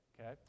Okay